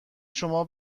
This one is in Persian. شما